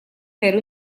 fer